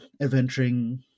adventuring